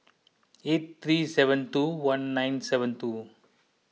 eight three seven two one nine seven two